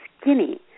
skinny